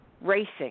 racing